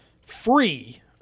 free